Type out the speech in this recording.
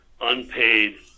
unpaid